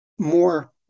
more